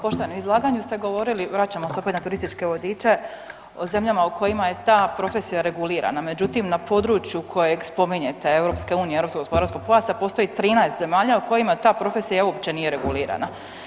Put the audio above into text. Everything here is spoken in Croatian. Poštovani, u izlaganju ste govorili, vraćamo se opet na turističke vodiče, o zemljama u kojima je ta profesija regulirana, međutim na području kojeg spominjete EU, Europskog gospodarskog pojasa postoji 13 zemalja u kojima ta profesija uopće nije regulirana.